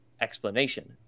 explanation